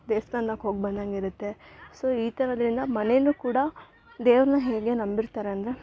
ದೇವಸ್ಥಾನಕ್ ಹೋಗಿ ಬಂದಾಗ್ ಇರುತ್ತೆ ಸೊ ಈ ಥರದ್ರಿಂದ ಮನೇಲು ಕೂಡ ದೇವ್ರನ್ನ ಹೇಗೆ ನಂಬಿರ್ತಾರೆ ಅಂದರೆ